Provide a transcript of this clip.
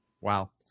Wow